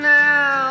now